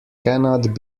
cannot